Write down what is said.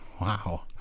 Wow